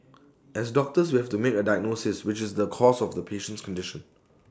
as doctors we have to make A diagnosis which is the cause of the patient's condition